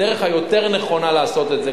הדרך היותר-נכונה לעשות את זה,